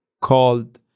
called